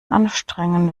anstrengen